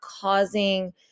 causing